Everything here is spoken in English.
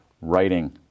writing